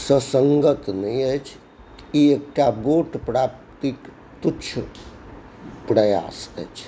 ससङ्गत नहि अछि ई एकटा वोट प्राप्तिक तुच्छ प्रयास अछि